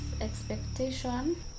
expectation